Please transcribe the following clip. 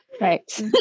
Right